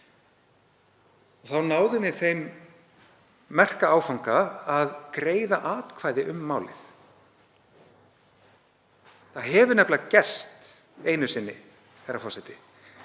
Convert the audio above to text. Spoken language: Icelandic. þá náðum við þeim merka áfanga að greiða atkvæði um málið. Það hefur nefnilega gerst einu sinni, herra forseti,